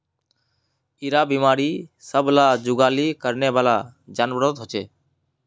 इरा बिमारी सब ला जुगाली करनेवाला जान्वारोत होचे